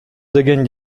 деген